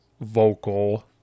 vocal